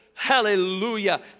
Hallelujah